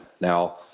Now